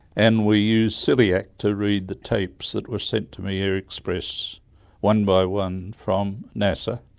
and we used silliac to read the tapes that were sent to me air express one by one from nasa.